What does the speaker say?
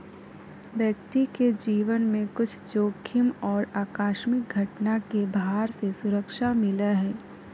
व्यक्ति के जीवन में कुछ जोखिम और आकस्मिक घटना के भार से सुरक्षा मिलय हइ